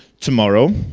tomorrow,